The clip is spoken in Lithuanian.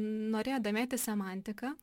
norėjot domėtis semantika